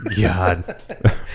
God